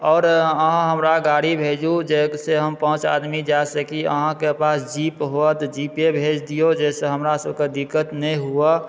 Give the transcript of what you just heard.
आओर अहाँ हमरा गाड़ी भेजू जाहिसॅं हम पाँच आदमी जा सकी अहाँके पास जीप हुए तऽ जीपे भेज दियौ जाहिसँ हमरा सभके दिक्कत नहि हुए